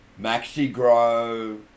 MaxiGrow